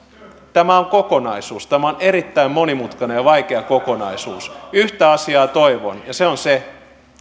tämä on kokonaisuus tämä on erittäin monimutkainen ja vaikea kokonaisuus yhtä asiaa toivon ja se on se